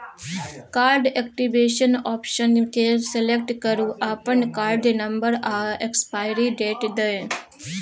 card activation option केँ select करु अपन कार्ड नंबर आ एक्सपाइरी डेट दए